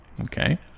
okay